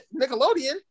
Nickelodeon